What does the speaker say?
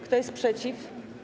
Kto jest przeciw?